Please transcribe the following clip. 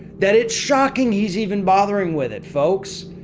that it's shocking he's even bothering with it. folks.